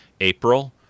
april